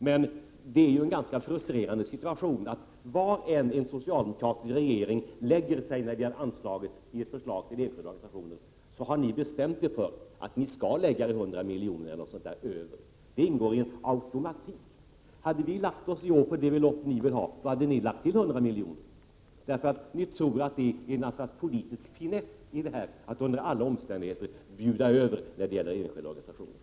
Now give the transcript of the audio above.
Men det är en ganska frustrerande situation att var än en socialdemokratisk regering lägger sig när det gäller anslaget till enskilda organisationer, har ni bestämt er för att ert förslag skall ligga 100 miljoner eller någonting sådant över. Det finns en automatik i detta. Hade vi lagt oss på det belopp ni vill ha, hade ni lagt till 100 miljoner, för ni tror att det är något slags politisk finess att under alla omständigheter bjuda över när det gäller enskilda organisationer.